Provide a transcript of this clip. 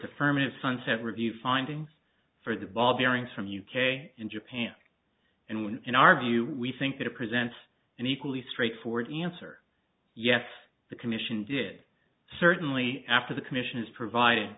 affirmative sunset review findings for the ball bearings from u k in japan and when in our view we think that it presents an equally straightforward answer yes the commission did certainly after the commission has provid